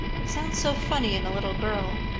it sounds so funny in a little girl.